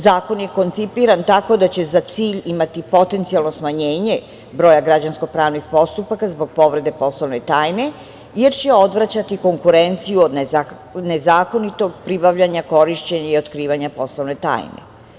Zakon je koncipiran tako da će za cilj imati potencijalno smanjenje broja građansko pravnih postupaka zbog povrede poslovne tajne, jer će odvraćati konkurenciju nezakonitog pribavljanja, korišćenja i otkrivanja poslovne tajne.